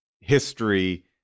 history